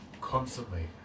constantly